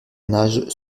nage